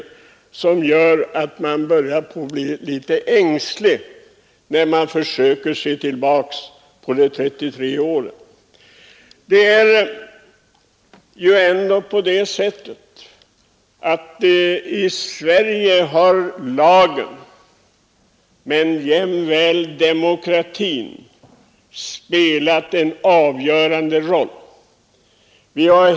När man nu ser tillbaka på de gångna 33 åren, börjar man bli litet ängslig över den nuvarande utvecklingen. Det är ju ändå på det sättet att lagen men jämväl demokratin spelat en avgörande roll i Sverige.